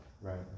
Right